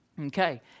Okay